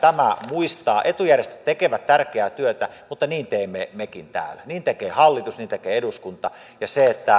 muistaa etujärjestöt tekevät tärkeää työtä mutta niin teemme mekin täällä niin tekee hallitus niin tekee eduskunta